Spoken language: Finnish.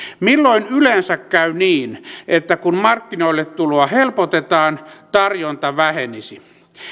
milloin yleensä käy niin että kun markkinoille tuloa helpotetaan tarjonta vähenisi